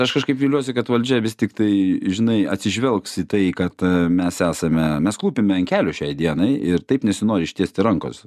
aš kažkaip viliuosi kad valdžia vis tiktai žinai atsižvelgs į tai kad mes esame mes klūpime ant kelių šiai dienai ir taip nesinori ištiesti rankos